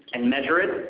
and measure it,